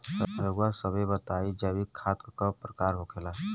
रउआ सभे बताई जैविक खाद क प्रकार के होखेला?